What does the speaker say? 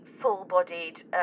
full-bodied